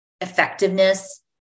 effectiveness